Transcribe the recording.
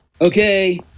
Okay